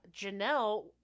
Janelle